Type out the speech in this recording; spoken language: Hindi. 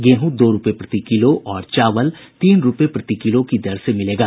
गेहूं दो रूपये प्रति किलो और चावाल तीन रूपये प्रति किलो की दर से मिलेगा